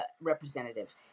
representative